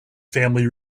family